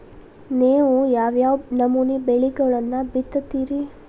ನೇವು ಯಾವ್ ಯಾವ್ ನಮೂನಿ ಬೆಳಿಗೊಳನ್ನ ಬಿತ್ತತಿರಿ?